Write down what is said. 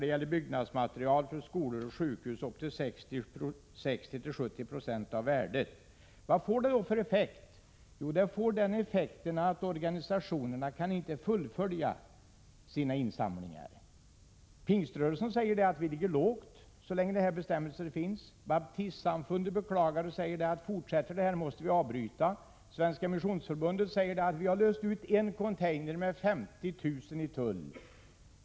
och på byggnadsmaterial för skolor och sjukhus på upp till 60-70 20 av värdet. Vad får detta för effekt? Jo, organisationerna kan inte fullfölja sina insamlingar. Pingströrelsen säger: Vi ligger lågt så länge de här bestämmelserna finns. Baptistsamfundet beklagar sig och säger: Fortsätter detta måste vi avstå. Svenska missionsförbundet säger: Vi har löst ut en container med 50 000 kr. i tull.